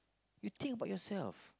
you think about yourself